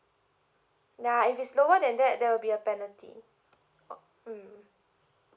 ya if it's lower than that there will be a penalty oh mm